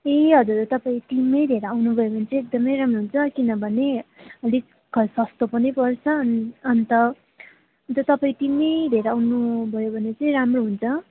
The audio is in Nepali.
ए हजुर तपाईँ टिमै लिएर आउनु भयो भने चाहिँ एकदमै राम्रो हुन्छ किनभने अलिक सस्तो पनि पर्छ अन्त अन्त तपाईँ टिमै लिएर आउनु भयो भने चाहिँ राम्रो हुन्छ